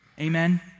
Amen